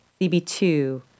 CB2